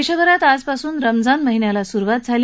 देशभरात आजपासून रमजान महिन्याला सुरुवात झाली